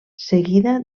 seguida